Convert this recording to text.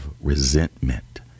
resentment